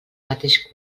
mateix